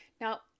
Now